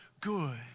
good